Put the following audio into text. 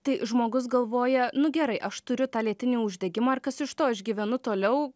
tai žmogus galvoja nu gerai aš turiu tą lėtinį uždegimą ir kas iš to aš gyvenu toliau